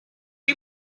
you